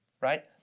right